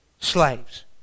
slaves